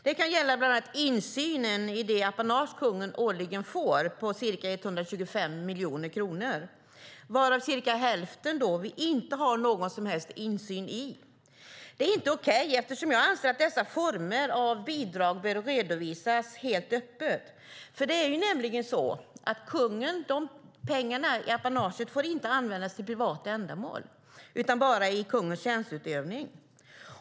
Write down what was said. Det kan bland annat gälla insynen i det apanage kungen årligen får på ca 125 miljoner kronor, varav vi inte har någon som helst insyn i cirka hälften. Detta är inte okej. Jag anser att dessa former av bidrag bör redovisas helt öppet. Pengarna i apanaget får nämligen inte användas till privata ändamål, utan bara i kungens tjänsteutövning.